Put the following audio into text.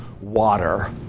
water